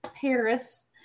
Paris